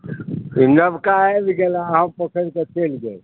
नवका आबि गेल आ अहाँ पोखरिसँ चलि गेल